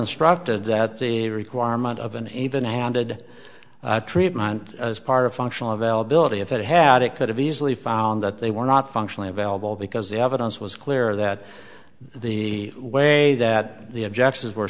instructed that the requirement of an even handed treatment as part of functional availability if it had it could have easily found that they were not functionally available because the evidence was clear that the way that the objections were